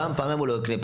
פעם-פעמיים הוא לא יקנה,